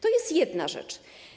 To jest jedna rzecz.